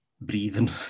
breathing